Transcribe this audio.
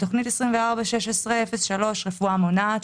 בתוכנית 241603 רפואה מונעת,